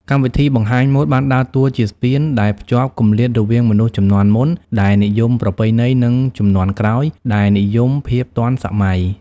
កម្មវិធីបង្ហាញម៉ូដបានដើរតួជាស្ពានដែលភ្ជាប់គម្លាតរវាងមនុស្សជំនាន់មុន ដែលនិយមប្រពៃណី និងជំនាន់ក្រោយ ដែលនិយមភាពទាន់សម័យ។